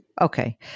Okay